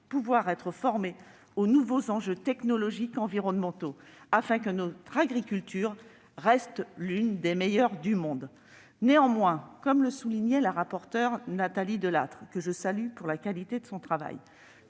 pouvoir être formés aux nouveaux enjeux technologiques et environnementaux, afin que notre agriculture reste l'une des meilleures du monde. Comme l'a souligné la rapporteure pour avis, Nathalie Delattre, que je salue pour la qualité de son travail,